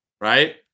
right